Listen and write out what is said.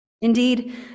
Indeed